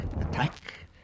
attack